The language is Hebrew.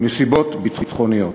מסיבות ביטחוניות.